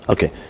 Okay